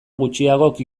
gutxiagok